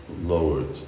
lowered